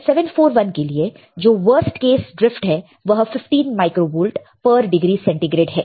LM741 के लिए जो वर्स्ट केस ड्रिफ्ट है वह 15 माइक्रोवोल्ट पर डिग्री सेंटीग्रेड है